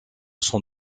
s’en